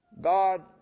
God